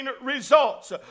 results